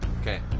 Okay